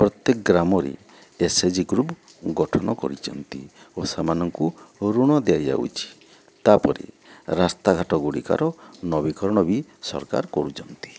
ପ୍ରତ୍ୟେକ ଗ୍ରାମରେ SHG group ଗଠନ କରିଛନ୍ତି ଓ ସେମାନଙ୍କୁ ଋଣ ଦିଆଯାଉଛି ତା' ପରେ ରାସ୍ତା ଘାଟଗୁଡ଼ିକର ନବୀକରଣ ବି ସରକାର କରୁଛନ୍ତି